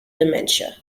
dementia